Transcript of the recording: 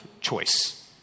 choice